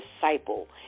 disciple